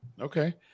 Okay